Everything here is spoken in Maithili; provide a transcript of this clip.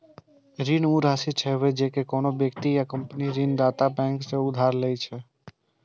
ऋण ऊ राशि छियै, जे कोनो व्यक्ति या कंपनी ऋणदाता बैंक सं उधार लए छै